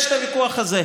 יש את הוויכוח הזה.